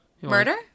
Murder